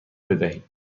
بدهید